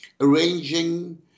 arranging